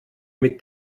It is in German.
mit